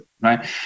right